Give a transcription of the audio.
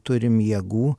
turim jėgų